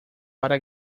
para